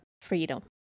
Freedom